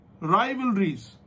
Rivalries